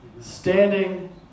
Standing